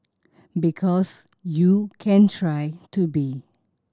because you can try to be